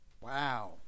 wow